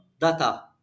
data